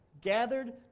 gathered